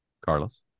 Carlos